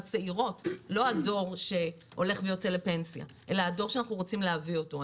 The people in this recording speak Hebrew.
לא הדור שיוצא לפנסיה אלא הדור שאנחנו רוצים להביא אותו.